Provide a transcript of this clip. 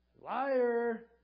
liar